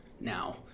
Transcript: now